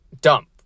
dump